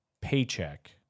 paycheck